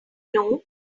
know